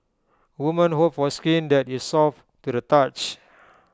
women hope for skin that is soft to the touch